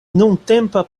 nuntempa